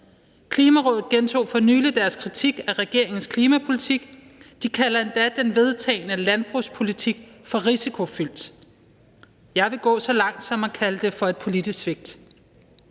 Klimarådet gentog for nylig deres kritik af regeringens klimapolitik; de kalder endda den vedtagne landbrugspolitik for risikofyldt. Jeg vil gå så langt som at kalde den et politisk svigt,